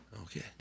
Okay